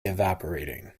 evaporating